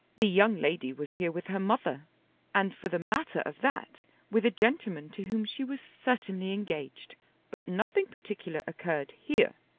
the young lady was here with her mother and for the matter of that with a gentleman to whom she was certainly engaged but nothing particular occurred here.